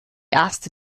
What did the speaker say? erste